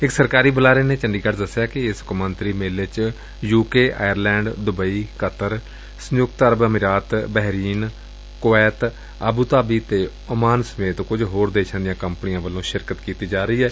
ਇਕ ਸਰਕਾਰੀ ਬੁਲਾਰੇ ਨੇ ਦਸਿਆ ਕਿ ਏਸ ਕੌਮਾਂਤਰੀ ਮੇਲੇ ਚ U K Ireland Dubai Qatar ਸੰਯੁਕਤ ਅਰਬ ਅਮੀਰਾਤ ਬਹਿਰੀਨ ਕੁਵੈਦ ਆਬੁਧਾਬੀ ਤੇ ਓਮਾਨ ਸੇਮੇਤ ਕੁਝ ਹੋਰ ਦੇਸ਼ਾਂ ਦੀਆਂ ਕੰਪਨੀਆਂ ਵੱਲੋਂ ਸ਼ਿਰਕਤ ਕੀਤੀ ਜਾ ਰਹੀ ਏ